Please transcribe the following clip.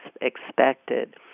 expected